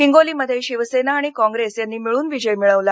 हिगोलीमध्ये शिवसेना आणि काँप्रेस यांनी मिळून विजय मिळवला